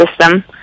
system